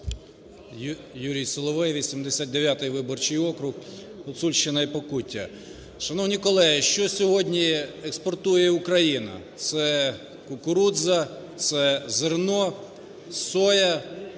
Юрій Соловей, 89 виборчий округ, Гуцульщина і Покуття. Шановні колеги, що сьогодні експортує Україна? Це кукурудза, це зерно, соя,